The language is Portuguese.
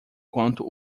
quanto